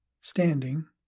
standing